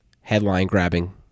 headline-grabbing